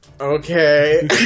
okay